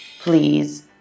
please